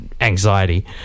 anxiety